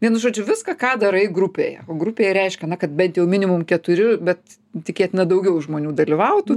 vienu žodžiu viską ką darai grupėje o grupėje reiškia kad bent jau minimum keturi bet tikėtina daugiau žmonių dalyvautų